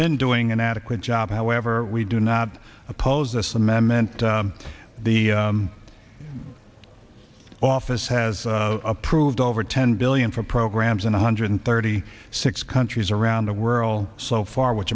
been doing an adequate job however we do not oppose this amendment the office has approved over ten billion for programs in one hundred thirty six countries around the world so far wh